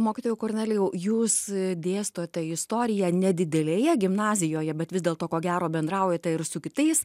mokytojau kornelijau jūs dėstote istoriją nedidelėje gimnazijoje bet vis dėlto ko gero bendraujate ir su kitais